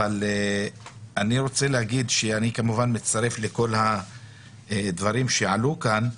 אבל אני רוצה להגיד שאני כמובן מצטרף לכל הדברים שעלו כאן.